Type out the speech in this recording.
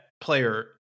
player